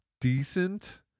decent